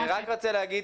אני רק רוצה להגיד.